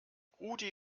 rudi